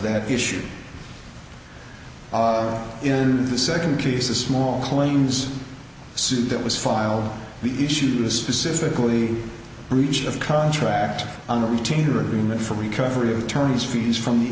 that issue in the second case a small claims suit that was filed the issues specifically breach of contract on a retainer agreement for recovery of attorneys fees from the